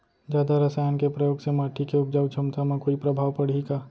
जादा रसायन के प्रयोग से माटी के उपजाऊ क्षमता म कोई प्रभाव पड़ही का?